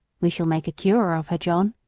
we shall make a cure of her, john,